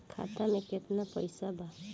खाता में केतना पइसा बा?